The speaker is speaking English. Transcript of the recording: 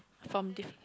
from